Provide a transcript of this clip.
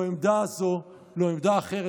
לא עמדה זו ולא עמדה אחרת.